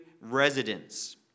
residents